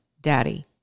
daddy